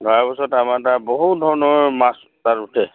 ধৰা পাছত আমাৰ তাত বহুত ধৰণৰ মাছ তাত উঠে